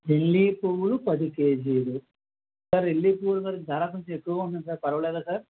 lily పువ్వులు పదికేజీలు sir lily పువ్వులు ధర చాలా కొంచెం ఎక్కువగా ఉంటుంది సార్ పర్వాలేదా సార్